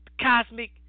cosmic